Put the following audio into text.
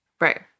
right